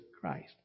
Christ